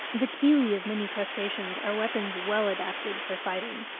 the chelae of many crustaceans are weapons well adapted for fighting.